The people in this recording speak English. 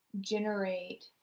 generate